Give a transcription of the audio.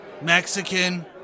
Mexican